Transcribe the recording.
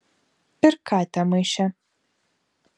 pirk katę maiše